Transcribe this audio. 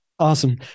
Awesome